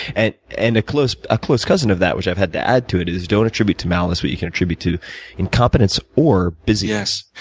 and and a ah close cousin of that, which i've had to add to it, is don't attribute to malice what you can attribute to incompetence or business. yes,